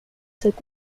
cette